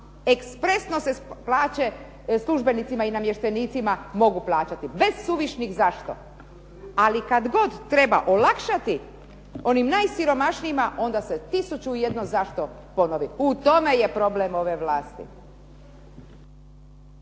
ekspresno se plaće službenicima i namještenicima mogu plaćati, bez suvišnih zašto. Ali kad god treba olakšati onim najsiromašnijima, onda se 1001 zašto ponovi. U tome je problem ove vlasti.